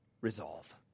resolve